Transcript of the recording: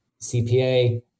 CPA